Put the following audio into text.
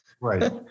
Right